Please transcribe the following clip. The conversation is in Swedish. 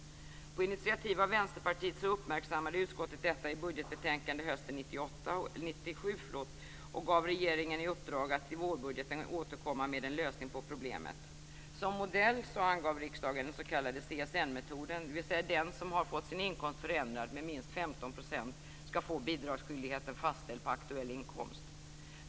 På initiativ av Vänsterpartiet uppmärksammade utskottet detta i budgetbetänkandet hösten 1997 och gav regeringen i uppdrag att i vårbudgeten återkomma med en lösning på problemet. Som modell angav riksdagen den s.k. CSN metoden, dvs. att den som har fått sin inkomst förändrad med minst 15 % skall få bidragsskyldigheten fastställd efter aktuell inkomst.